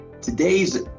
Today's